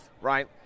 right